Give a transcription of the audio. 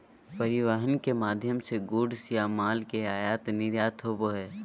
परिवहन के माध्यम से गुड्स या माल के आयात निर्यात होबो हय